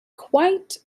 quite